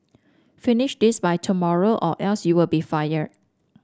finish this by tomorrow or else you'll be fired